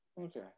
okay